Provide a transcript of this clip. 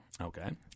Okay